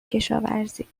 کشاورزی